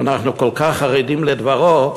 שאנחנו כל כך חרדים לדברו.